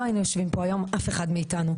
לא היינו יושבים פה היום אף אחד מאתנו.